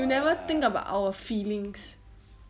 you never think about our feelings